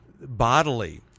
bodily